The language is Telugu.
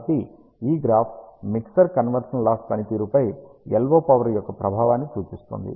కాబట్టి ఈ గ్రాఫ్ మిక్సర్ కన్వర్షన్ లాస్ పనితీరుపై LO పవర్ యొక్క ప్రభావాన్ని సూచిస్తుంది